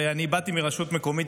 ואני באתי מרשות מקומית,